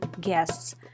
guests